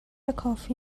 کافی